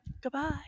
Goodbye